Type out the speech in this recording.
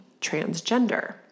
transgender